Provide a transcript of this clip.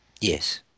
Yes